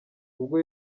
ubwo